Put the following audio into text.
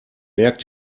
merkt